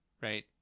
right